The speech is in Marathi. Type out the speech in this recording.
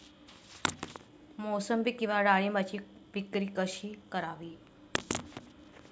मोसंबी किंवा डाळिंबाची विक्री कशी करावी?